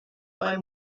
bei